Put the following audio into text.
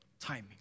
timing